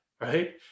right